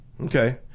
okay